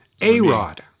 A-Rod